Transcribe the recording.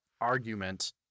argument